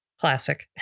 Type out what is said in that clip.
Classic